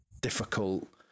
difficult